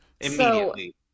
immediately